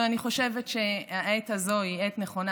אבל אני חושבת שהעת הזו היא עת נכונה